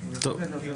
לכולם.